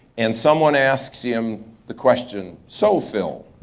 and someone asked him the question, so phil,